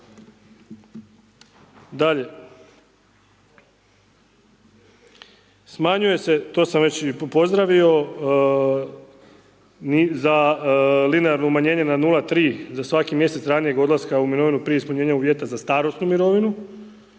Smanjuje se, to sam već i pozdravio, za linearno umanjenje na 0,3 za svaki mjesec ranijeg odlaska u mirovinu prije ispunjenja uvjeta za starosnu mirovinu,